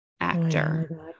actor